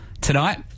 tonight